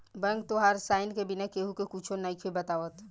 bank तोहार sign के बिना केहु के कुच्छो नइखे बतावत